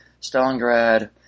Stalingrad